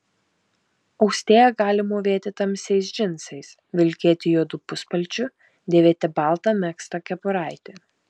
austėja gali mūvėti tamsiais džinsais vilkėti juodu puspalčiu dėvėti baltą megztą kepuraitę